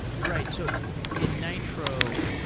right. so in nitro,